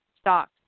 stocks